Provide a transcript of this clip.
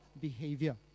behavior